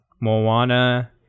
moana